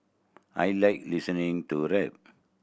I like listening to rap